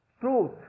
truth